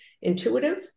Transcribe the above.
intuitive